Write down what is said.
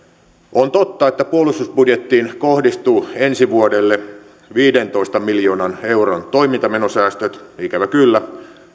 on totta että puolustusbudjettiin kohdistuu ensi vuodelle viidentoista miljoonan euron toimintamenosäästöt ikävä kyllä